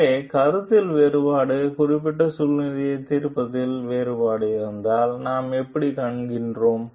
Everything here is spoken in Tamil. எனவே கருத்தில் வேறுபாடு குறிப்பிட்ட சூழ்நிலையைத் தீர்ப்பதில் வேறுபாடு இருந்தால் நாம் எப்படிக் காண்கிறோம்